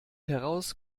heraus